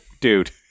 dude